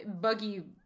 Buggy